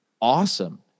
awesome